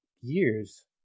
years